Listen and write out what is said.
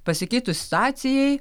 pasikeitus situacijai